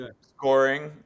Scoring